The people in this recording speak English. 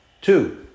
Two